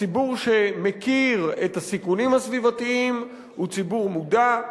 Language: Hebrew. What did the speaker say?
ציבור שמכיר את הסיכונים הסביבתיים הוא ציבור מודע,